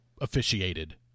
officiated